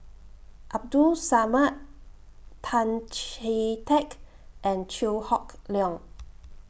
Abdul Samad Tan Chee Teck and Chew Hock Leong